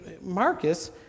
Marcus